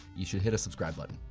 you should hit a subscribe button,